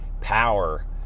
power